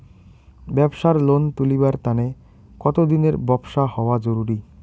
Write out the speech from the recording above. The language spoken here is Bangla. ব্যাবসার লোন তুলিবার তানে কতদিনের ব্যবসা হওয়া জরুরি?